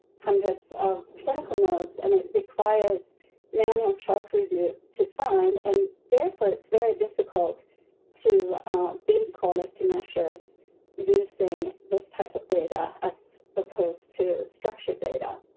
hundreds of clinical notes and it requires manual chart review to find. and therefore, it's very difficult to build quality measures using this type of data, as opposed to structure data.